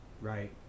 right